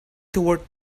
toward